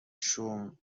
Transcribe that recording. شوم